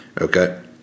Okay